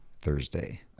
Thursday